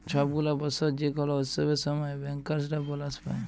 ছব গুলা বসর যে কল উৎসবের সময় ব্যাংকার্সরা বলাস পায়